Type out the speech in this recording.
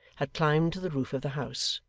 had climbed to the roof of the house,